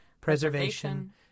preservation